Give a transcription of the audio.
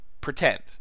pretend